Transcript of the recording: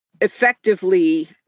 effectively